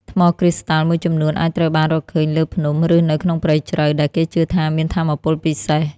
ថ្មគ្រីស្តាល់មួយចំនួនអាចត្រូវបានរកឃើញលើភ្នំ ឬនៅក្នុងព្រៃជ្រៅ ដែលគេជឿថាមានថាមពលពិសេស។